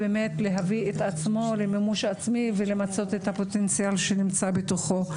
באמת להביא את עצמו למימוש עצמי ולמצות את הפוטנציאל שנמצא בתוכו.